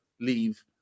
leave